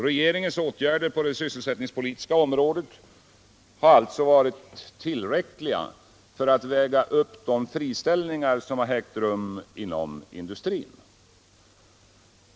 Regeringens åtgärder på det sysselsättningspolitiska området har alltså varit tillräckliga för att väga upp de friställningar som har ägt rum inom industrin.